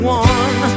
one